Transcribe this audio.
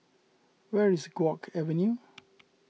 where is Guok Avenue